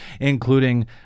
including